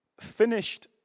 finished